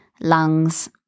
lungs